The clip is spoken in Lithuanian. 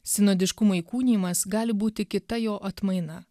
sinodiškumo įkūnijimas gali būti kita jo atmaina